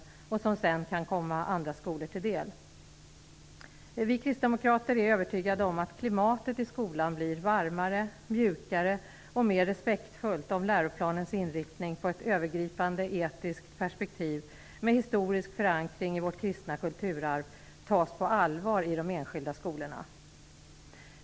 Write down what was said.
Detta kan sedan komma andra skolor till del. Vi kristdemokrater är övertygade om att klimatet i skolan blir varmare, mjukare och mer respektfullt om läroplanens inriktning på ett övergripande etiskt perspektiv med historisk förankring i vår kristna kulturarv tas på allvar i de enskilda skolorna.